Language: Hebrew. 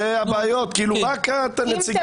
עם כל